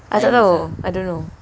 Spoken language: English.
tak tahu I don't know